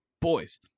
boys